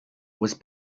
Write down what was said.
was